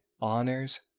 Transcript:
Honors